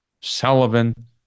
Sullivan